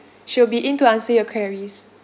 she will be in to answer your queries